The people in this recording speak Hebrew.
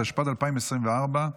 התשפ"ד 2024,